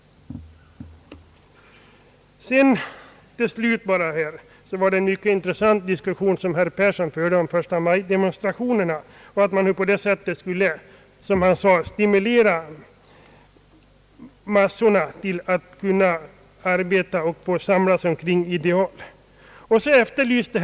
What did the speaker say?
Slutligen förde herr Persson en mycket intressant diskussion om förstamajdemonstrationerna, som skulle stimulera massorna att samlas omkring och arbeta för ideal.